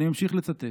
אני ממשיך לצטט: